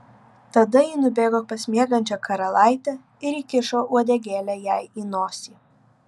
tada ji nubėgo pas miegančią karalaitę ir įkišo uodegėlę jai į nosį